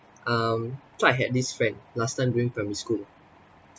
um so I had this friend last time during primary school